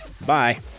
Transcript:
bye